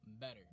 better